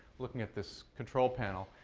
looking at this control panel.